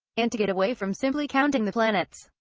and to get away from simply counting the planets.